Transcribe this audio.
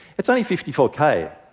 it's only fifty four k.